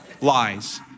Lies